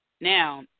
Now